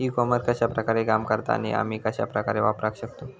E commerce कश्या प्रकारे काम करता आणि आमी कश्या प्रकारे वापराक शकतू?